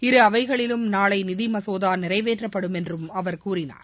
இரு அவைகளிலும் நாளை நிதி மசோதா நிறைவேற்றப்படும் என்றும் அவர் கூறினார்